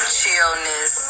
chillness